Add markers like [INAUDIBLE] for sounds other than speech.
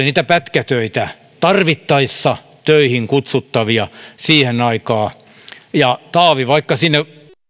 [UNINTELLIGIBLE] niitä pätkätöitä tarvittaessa töihin kutsuttavia siihen aikaan ja vaikka taavi sinne ehkä